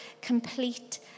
complete